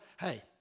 hey